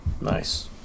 nice